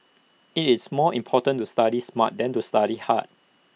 IT is more important to study smart than to study hard